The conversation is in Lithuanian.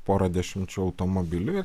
porą dešimčių automobilių